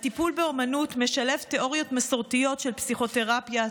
הטיפול באומנות משלב תאוריות מסורתיות של פסיכותרפיה,